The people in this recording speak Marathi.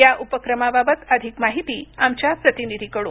या उपक्रमाबाबत अधिक माहिती आमच्या प्रतिनिधीकडून